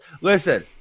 Listen